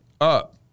up